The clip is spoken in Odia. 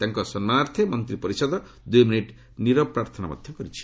ତାଙ୍କ ସମ୍ମାନାର୍ଥେ ମନ୍ତ୍ରୀପରିଷଦ ଦୁଇମିନିଟ୍ ନୀରବ ପ୍ରାର୍ଥନା କରିଥିଲେ